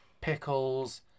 pickles